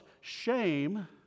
shame